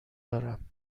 دارم